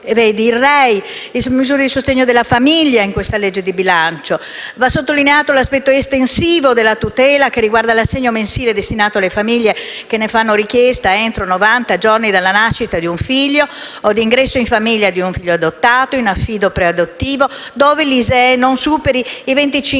il reddito di inclusione) in questa legge di bilancio. Va sottolineato l'aspetto estensivo della tutela che riguarda l'assegno mensile destinato alle famiglie che ne fanno richiesta entro novanta giorni dalla nascita di un figlio o di ingresso in famiglia di un figlio adottato o in affido preadottivo, dove l'ISEE non superi i 25.000